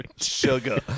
Sugar